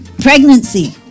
pregnancy